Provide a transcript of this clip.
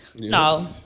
No